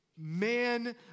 man